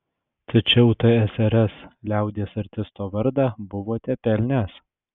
tačiau tsrs liaudies artisto vardą buvote pelnęs